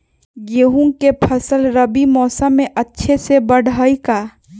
गेंहू के फ़सल रबी मौसम में अच्छे से बढ़ हई का?